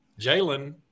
Jalen